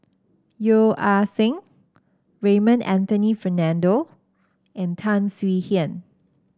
Yeo Ah Seng Raymond Anthony Fernando and Tan Swie Hian